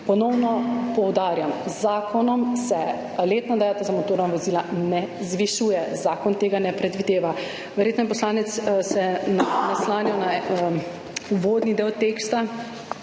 Ponovno poudarjam, z zakonom se letna dajatev za motorna vozila ne zvišuje, zakon tega ne predvideva. Verjetno se je poslanec naslanjal na uvodni del teksta,